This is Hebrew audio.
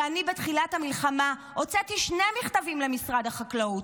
אני בתחילת המלחמה הוצאתי שני מכתבים למשרד החקלאות,